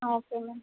okay ma'am